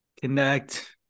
Connect